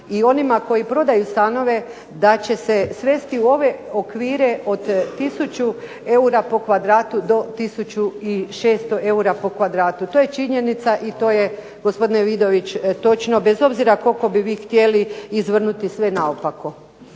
i onima koji prodaju stanove da će se svesti u ove okvire od 1000 eura po kvadratu do 1600 eura po kvadratu, to je činjenica i to je točno bez obzira koliko bi vi htjeli izvrnuti sve naopako.